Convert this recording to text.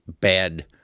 bad